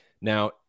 Now